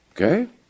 Okay